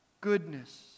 goodness